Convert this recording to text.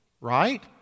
Right